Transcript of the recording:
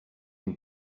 une